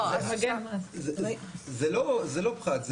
זה לא פחת.